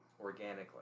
organically